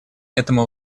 этому